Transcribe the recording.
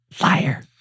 Liar